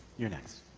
you're next.